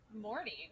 morning